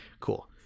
Cool